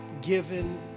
given